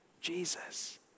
Jesus